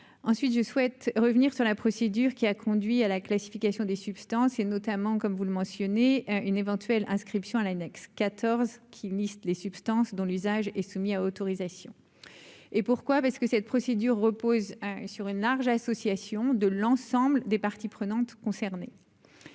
ensuite je souhaite revenir sur la procédure qui a conduit à la classification des substances et notamment, comme vous le mentionnez une éventuelle inscription à l'annexe 14 qui liste les substances dont l'usage est soumis à autorisation et pourquoi, parce que cette procédure repose sur une large association de l'ensemble des parties prenantes concernées